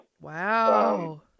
Wow